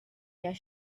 their